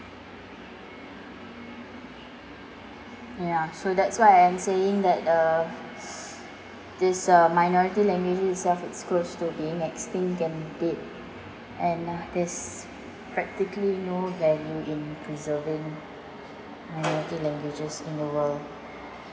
yeah so that's why I am saying that uh these uh minority languages itself is close to being extinct and dead and uh there's practically no value in preserving minority languages in the world